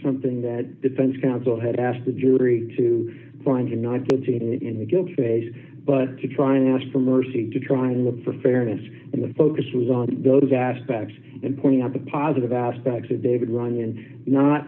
something that defense counsel had asked the jury to find him not guilty and in the guilt phase but to try and ask for mercy to try and look for fairness in the focus was on those aspects and pointing out the positive aspects of david runnion not